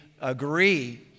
agree